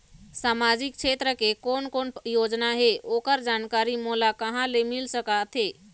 सामाजिक क्षेत्र के कोन कोन योजना हे ओकर जानकारी मोला कहा ले मिल सका थे?